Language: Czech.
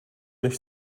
než